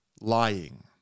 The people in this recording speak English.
Lying